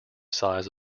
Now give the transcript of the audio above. size